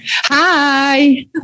Hi